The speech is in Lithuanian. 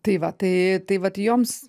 tai va tai tai vat joms